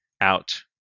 out